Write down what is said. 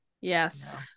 yes